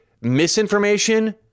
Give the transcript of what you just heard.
misinformation